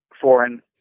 foreign